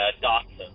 dachshund